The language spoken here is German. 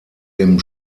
dem